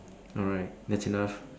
alright that's enough